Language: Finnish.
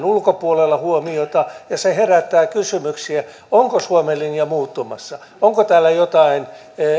ulkopuolella huomiota ja se herättää kysymyksiä onko suomen linja muuttumassa onko täällä jotain